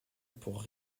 pour